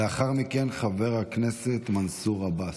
לאחר מכן, חבר הכנסת מנסור עבאס.